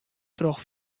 troch